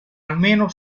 almeno